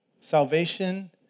Salvation